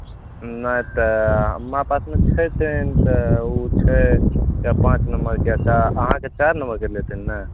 नहि तऽ हमरा पासमे छथिन तऽ उ छै पाँच नम्बरके छै तऽ अहाँके चारि नम्बरके लेथिन ने